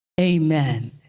Amen